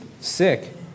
sick